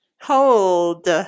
Hold